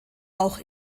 auch